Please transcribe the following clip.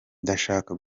ndashaka